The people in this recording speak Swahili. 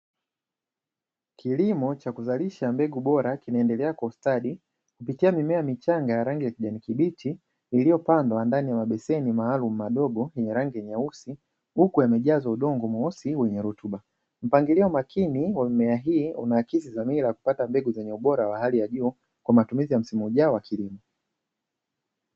Kilimo cha kuzalisha mbegu bora kinaendelea kwa ustadi kupitia mimea michanga ya rangi ya kijani kibichi iliyopandwa ndani ya mabeseni maalumu madogo yenye rangi nyeusi, huku yamejazwa udongo mweusi wenye rutuba. Mpangilio makini wa mimea hii unaakisi dhamira ya kupata mbegu zenye ubora wa hali ya juu kwa matumizi ya msimu ujao wa kilimo.